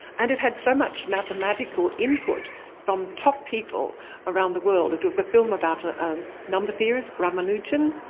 and it had so much mathematical input from top people around the world. it it was a film about ah um number theorist, ramanujan,